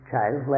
child